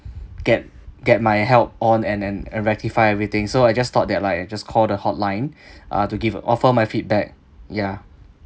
get get my help on and and and rectify everything so I just thought that like I just call the hotline uh to give offer my feedback ya